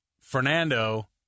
Fernando